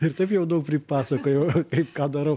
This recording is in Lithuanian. ir taip jau daug pripasakojau kaip ką darau